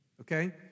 okay